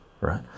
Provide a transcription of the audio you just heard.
right